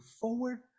forward